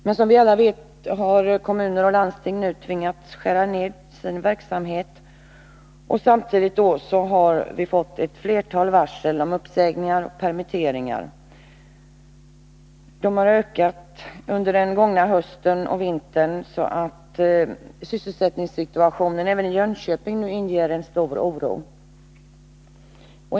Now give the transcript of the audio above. Men som vi alla vet har kommuner och landsting nu tvingats skära ned sin verksamhet. Samtidigt har vi fått ett flertal varsel om uppsägningar och permitteringar. De har under den gångna hösten och vintern ökat, så att sysselsättningssituationen även i Jönköping nu inger stor oro.